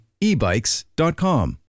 ebikes.com